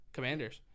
Commanders